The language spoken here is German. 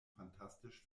fantastisch